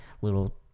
little